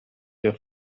der